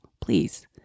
please